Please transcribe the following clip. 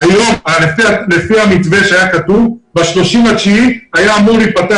לפי המתווה שהיה כתוב ב-30 בספטמבר היה אמור להיפתח